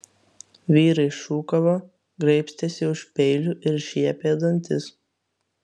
vyrai šūkavo graibstėsi už peilių ir šiepė dantis